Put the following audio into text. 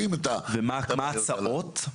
ומה ההצעות.